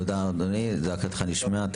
תודה אדוני, זעקתך נשמעה.